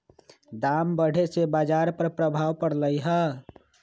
दाम बढ़े से बाजार पर प्रभाव परलई ह